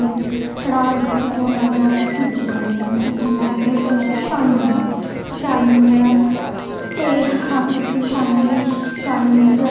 पुत्तरें दी जाद च रक्खदे नै फिर बच्छ दुआह् पूजने गी जंदे बच्छ दुआह् गी बर्त रखदियां जनानियां पुत्तरा दा